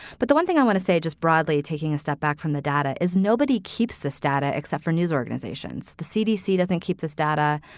but the one thing i want to say, just broadly taking a step back from the data is nobody keeps this data except for news organizations. the cdc doesn't keep this data.